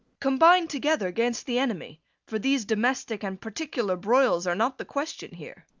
combine together gainst the enemy for these domestic and particular broils are not the question here.